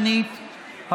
שנית,